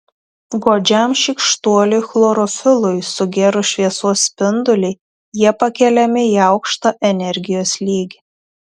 godžiam šykštuoliui chlorofilui sugėrus šviesos spindulį jie pakeliami į aukštą energijos lygį